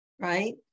right